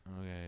okay